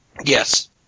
Yes